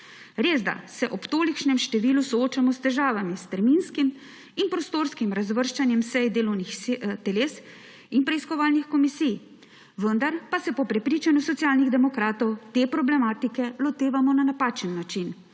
Resda se ob tolikšnem številu soočamo s težavami s terminskim in prostorskim razvrščanjem sej delovnih teles in preiskovalnih komisij, vendar pa se po prepričanju Socialnih demokratov te problematike lotevamo na napačen način.